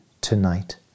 tonight